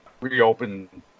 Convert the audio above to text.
reopen